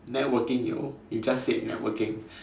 networking yo you just said networking